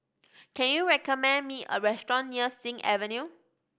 can you recommend me a restaurant near Sing Avenue